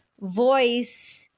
voice